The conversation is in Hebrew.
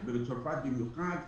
מצרפת במיוחד,